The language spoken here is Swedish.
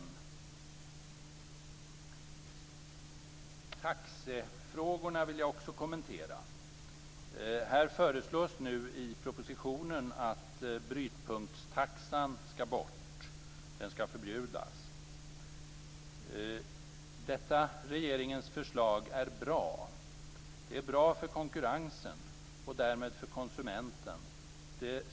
Även taxefrågorna vill jag kommentera. I propositionen föreslås att brytpunktstaxan skall tas bort, att den skall förbjudas. Detta regeringens förslag är bra. Det är bra för konkurrensen och därmed för konsumenten.